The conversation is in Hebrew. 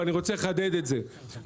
ואני רוצה לחדד את זה,